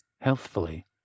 healthfully